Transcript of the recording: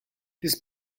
this